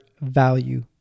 value